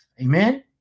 Amen